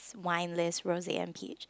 wine list rose and peach